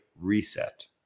reset